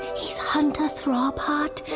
he's hunter throbheart,